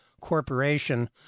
corporation